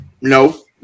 no